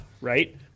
right